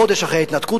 חודש אחרי ההתנתקות,